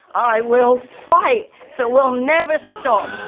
i will fight. so we'll never stop,